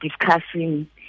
discussing